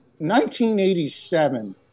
1987